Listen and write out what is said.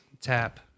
tap